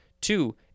Two